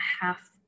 half